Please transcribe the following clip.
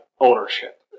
ownership